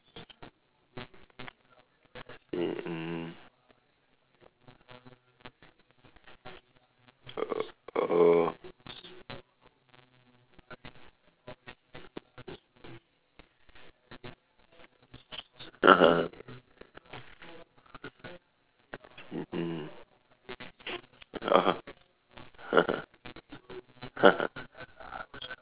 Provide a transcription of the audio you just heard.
mm oh (uh huh) mmhmm (uh huh)